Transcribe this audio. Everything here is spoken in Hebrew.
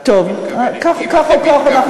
אני לא יודע לאיזה ועדה אתם מתכוונים.